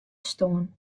stoarn